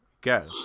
go